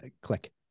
click